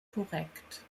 korrekt